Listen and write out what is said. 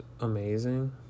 amazing